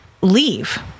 leave